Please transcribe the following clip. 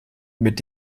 mit